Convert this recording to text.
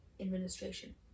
administration